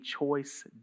choice